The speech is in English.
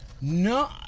No